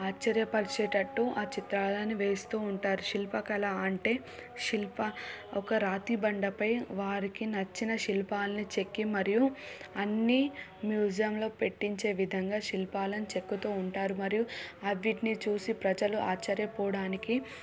ఆశ్చర్యపరిచేటట్టు ఆ చిత్రాలని వేస్తూ ఉంటారు శిల్పకళ అంటే శిల్పా ఒక రాతి బండపై వారికి నచ్చిన శిల్పాల్ని చెక్కి మరియు అన్నీ మ్యూజియంలో పెట్టించే విధంగా శిల్పాలను చెక్కుతూ ఉంటారు మరియు వాటిని చూసి ప్రజలు ఆశ్చర్యపోవడానికి